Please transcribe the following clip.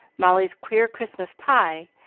molly's queer christmas pie,